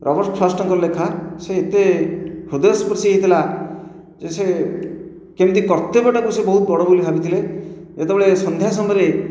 Robert Frost ଲେଖା ସେ ଏତେ ହୃଦୟସ୍ପର୍ଶି ଯେ ହେଇଥିଲା କି ସେ କେମିତି କର୍ତ୍ତବ୍ୟଟାକୁ ସେ ବହୁତ ବଡ଼ ବୋଲି ଭାବିଥିଲେ ଯେତେବେଳେ ସନ୍ଧ୍ୟା ସମୟରେ